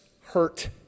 hurt